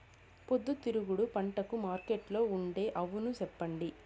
పొద్దుతిరుగుడు పంటకు మార్కెట్లో ఉండే అవును చెప్పండి?